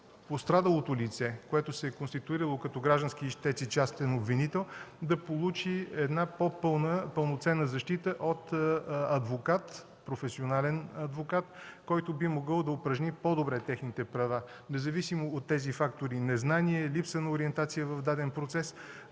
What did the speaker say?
пострадалото лице, което се е конституирало като граждански ищец и частен обвинител, да получи една по-пълноценна защита от професионален адвокат, който би могъл да упражни по-добре техните права, независимо от тези фактори – незнание, липса на ориентация в даден процес.